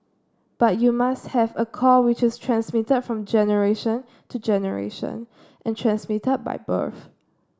but you must have a core which is transmitted from generation to generation and transmitted by birth